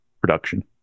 production